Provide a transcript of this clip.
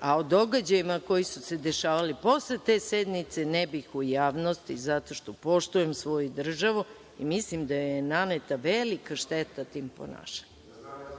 a o događajima koji su se dešavali posle te sednice ne bih u javnosti zato što poštujem svoju državu i mislim da je naneta velika šteta tim ponašanjem.